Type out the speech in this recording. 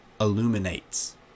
illuminates